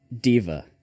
diva